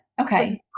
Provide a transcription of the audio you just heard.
Okay